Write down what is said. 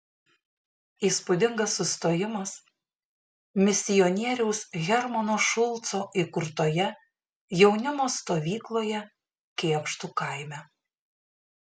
įspūdingas sustojimas misionieriaus hermano šulco įkurtoje jaunimo stovykloje kėkštų kaime